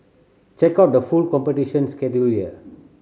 check out the full competition schedule here